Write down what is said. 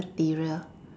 material